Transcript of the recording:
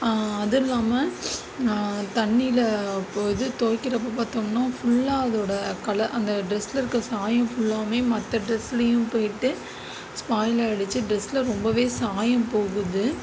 அதுவும் இல்லாமல் நான் தண்ணியில் போ இது துவைக்கிறப்ப பார்த்தோம்னா ஃபுல்லாக அதோடய கலர் அந்த ட்ரெஸில் இருக்கற சாயம் ஃபுல்லாகவுமே மற்ற ட்ரெஸ்லேயும் போயிட்டு ஸ்பாயில் ஆகிடுச்சு ட்ரெஸில் ரொம்பவே சாயம் போகுது